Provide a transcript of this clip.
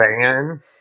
van